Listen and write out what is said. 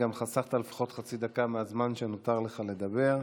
גם חסכת לפחות חצי דקה מהזמן שנותר לך לדבר,